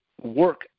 work